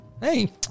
Hey